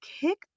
kick